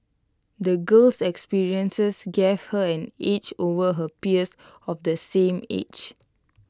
the girl's experiences gave her an edge over her peers of the same age